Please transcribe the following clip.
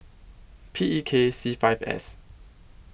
P E K C five S